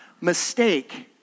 mistake